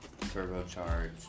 turbocharged